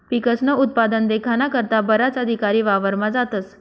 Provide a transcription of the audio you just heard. पिकस्नं उत्पादन देखाना करता बराच अधिकारी वावरमा जातस